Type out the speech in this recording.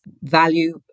value